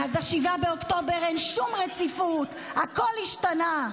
מאז 7 באוקטובר אין שום רציפות, הכול השתנה.